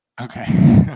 Okay